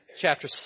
chapter